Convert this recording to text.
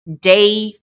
day